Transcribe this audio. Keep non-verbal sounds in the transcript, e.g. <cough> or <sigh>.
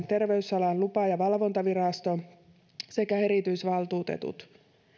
<unintelligible> terveysalan lupa ja valvontavirasto sekä erityisvaltuutetut